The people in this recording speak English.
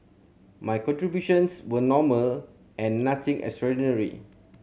my contributions were normal and nothing extraordinary